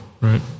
right